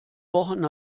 wochen